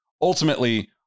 ultimately